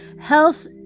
health